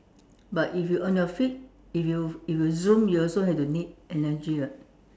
but if you on your feet if you if you zoom you also have to need energy [what]